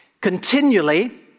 continually